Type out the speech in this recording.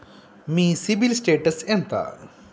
మీ CIBIL status ఎంత?